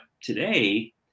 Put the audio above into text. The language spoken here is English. today